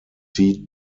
seat